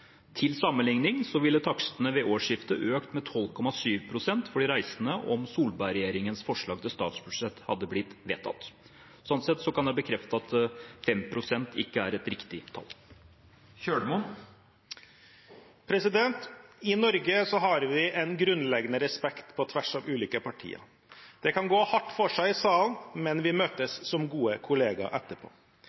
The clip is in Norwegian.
Til sammenligning ville takstene ved årsskiftet økt med 12,7 pst. for de reisende om Solberg-regjeringens forslag til statsbudsjett hadde blitt vedtatt. Sånn sett kan jeg bekrefte at 5 pst. ikke er et riktig tall. I Norge har vi en grunnleggende respekt på tvers av ulike partier. Det kan gå hardt for seg i salen, men vi møtes som gode kollegaer etterpå.